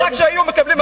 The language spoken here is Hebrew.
ורק שהיו מקבלים הזמנה,